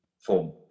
form